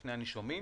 בפני הנישומים,